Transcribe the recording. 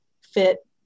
fit